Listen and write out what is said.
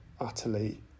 utterly